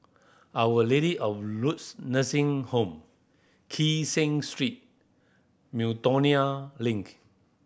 Our Lady of Lourdes Nursing Home Kee Seng Street Miltonia Link